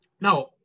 now